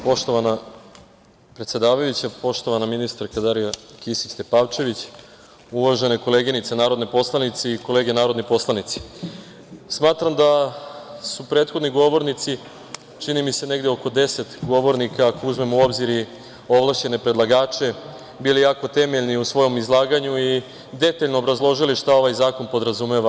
Poštovana predsedavajuća, poštovana ministarka Darija Kisić Tepavčević, uvažene koleginice narodne poslanice i kolege narodni poslanici, smatram da su prethodni govornici, čini mi se negde oko deset govornika, ako uzmemo u obzir i ovlašćene predlagače, bili jako temeljni u svojim izlaganjima i detaljno obrazložili šta ovaj zakon podrazumeva.